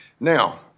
Now